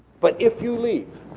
but if you leave,